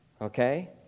Okay